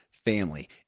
Family